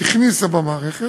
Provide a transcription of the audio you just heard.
הכניסה למערכת,